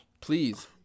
Please